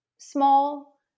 small